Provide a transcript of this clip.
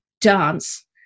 dance